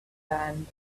band